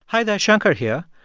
hi, there shankar here.